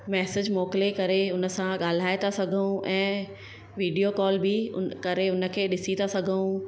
message मोकिले करे उन सां ॻाल्हाए तां सघूं ऐं वीडियो कॉल बि उन करे उन खे ॾिसी था सघूं